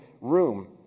room